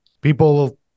people